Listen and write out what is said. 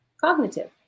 cognitive